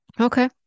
okay